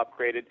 upgraded